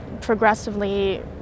progressively